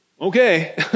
Okay